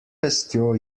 pestjo